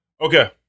okay